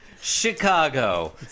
Chicago